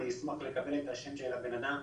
אני אשמח לקבל את השם של הבן אדם,